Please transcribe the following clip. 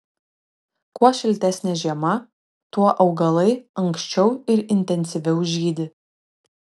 kuo šiltesnė žiema tuo augalai anksčiau ir intensyviau žydi